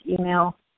email